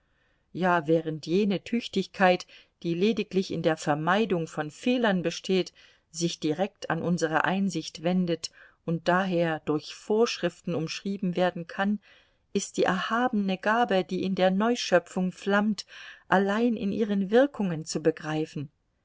ja während jene tüchtigkeit die lediglich in der vermeidung von fehlern besteht sich direkt an unsere einsicht wendet und daher durch vorschriften umschrieben werden kann ist die erhabenere gabe die in der neuschöpfung flammt allein in ihren wirkungen zu begreifen